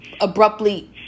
abruptly